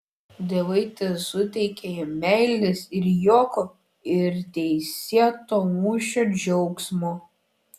dievai tesuteikia jam meilės ir juoko ir teisėto mūšio džiaugsmo